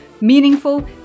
meaningful